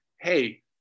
Hey